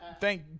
Thank